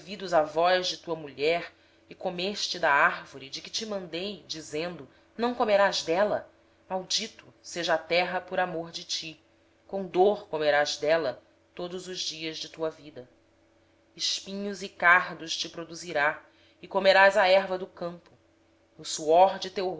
ouvidos à voz de tua mulher e comeste da árvore de que te ordenei dizendo não comerás dela maldita é a terra por tua causa em fadiga comerás dela todos os dias da tua vida ela te produzirá espinhos e abrolhos e comerás das ervas do campo do suor do teu